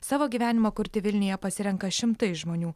savo gyvenimą kurti vilniuje pasirenka šimtai žmonių